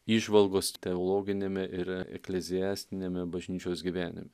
įžvalgos teologiniame yra ir ekleziastiniame bažnyčios gyvenime